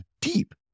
deep